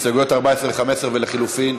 הסתייגויות 14 ו-15 ולחלופין,